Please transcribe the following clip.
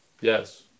Yes